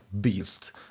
beast